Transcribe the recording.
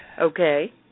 okay